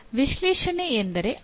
ವಿಶ್ಲೇಷಣೆ ಎಂದರೆ ಅದು